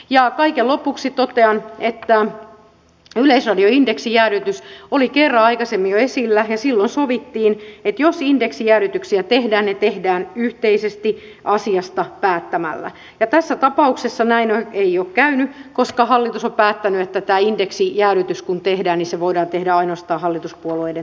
ja kaiken lopuksi totean että yleisradio indeksijäädytys oli jo kerran aikaisemmin esillä ja silloin sovittiin että jos indeksijäädytyksiä tehdään ne tehdään yhteisesti asiasta päättämällä ja tässä tapauksessa näin ei ole käynyt koska hallitus on päättänyt että tämä indeksijäädytys kun tehdään niin se voidaan tehdä ainoastaan hallituspuolueiden tuella